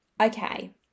Okay